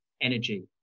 energy